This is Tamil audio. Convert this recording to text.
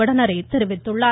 வடநேரே தெரிவித்துள்ளார்